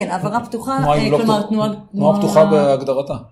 כן, הברה פתוחה, כלומר תנועה פתוחה בהגדרתה.